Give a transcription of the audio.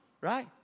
right